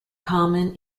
common